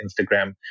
instagram